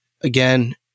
Again